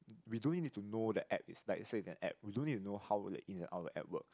we don't need to know that app is like in the app we don't need to know how the ins and outs of the app work